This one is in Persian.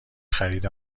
خرید